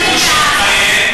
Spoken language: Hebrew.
אני מקשיב.